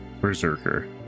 berserker